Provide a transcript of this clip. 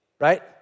right